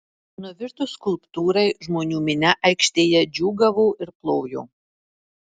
nuvirtus skulptūrai žmonių minia aikštėje džiūgavo ir plojo